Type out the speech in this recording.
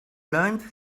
learned